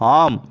ஆம்